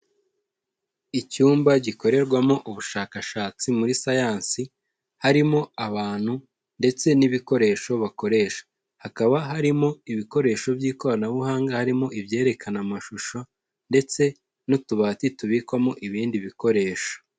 Icyumba gikorerwamo ubushakashatsi muri sayansi harimo abantu ndetse n'ibikoresho bakoresha. Hakaba harimo ibikoresho by'ikoranabuhanga, harimo ibyerekana amashusho ndetse n'utubati tubikwamo ibindi bikoresho.